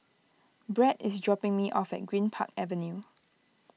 Brett is dropping me off at Greenpark Avenue